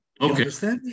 Okay